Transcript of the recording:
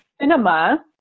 cinema